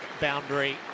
boundary